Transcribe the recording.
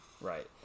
Right